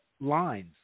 lines